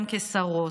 גם כשרות,